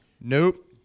Nope